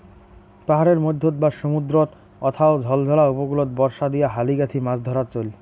পাহাড়ের মইধ্যত বা সমুদ্রর অথাও ঝলঝলা উপকূলত বর্ষা দিয়া হালি গাঁথি মাছ ধরার চইল